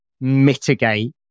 mitigate